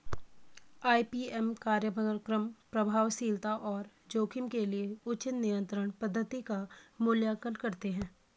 IPM कार्यक्रम प्रभावशीलता और जोखिम के लिए उचित नियंत्रण पद्धति का मूल्यांकन करते हैं